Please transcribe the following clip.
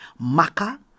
Maka